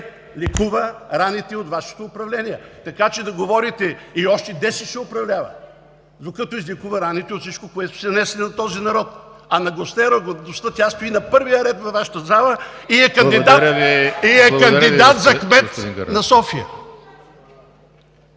лекува раните от Вашето управление, така че да говорите… И още десет ще управлява, докато излекува раните от всичко, което сте нанесли на този народ! А наглостта и арогантността – тя стои на първия ред в нашата зала и е кандидат за кмет на София!